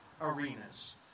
arenas